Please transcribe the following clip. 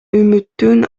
үмүтүн